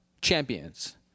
Champions